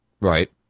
right